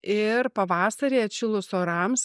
ir pavasarį atšilus orams